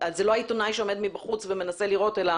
זה לא העיתונאי שעומד מבחוץ ומנסה לראות אלא